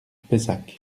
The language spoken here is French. pessac